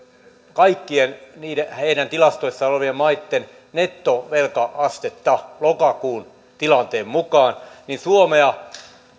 kaikkien heidän tilastoissaan olevien maitten nettovelka astetta lokakuun tilanteen mukaan niin suomea